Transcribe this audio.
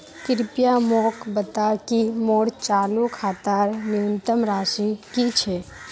कृपया मोक बता कि मोर चालू खातार न्यूनतम राशि की छे